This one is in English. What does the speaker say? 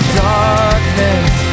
darkness